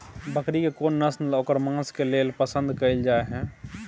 बकरी के कोन नस्ल ओकर मांस के लेल पसंद कैल जाय हय?